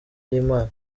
y’imana